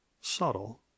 subtle